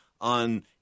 on